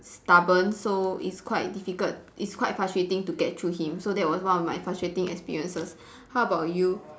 stubborn so it's quite difficult it's quite frustrating to get through him so that was one of my frustrating experiences how about you